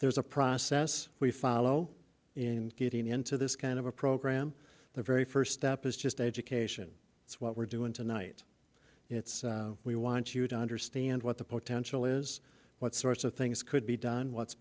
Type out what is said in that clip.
there's a process we follow in getting into this kind of a program the very first step is just education it's what we're doing tonight it's we want you to understand what the potential is what sorts of things could be done what's